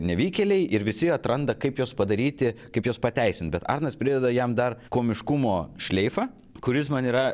nevykėliai ir visi atranda kaip juos padaryti kaip juos pateisint bet arnas prideda jam dar komiškumo šleifą kuris man yra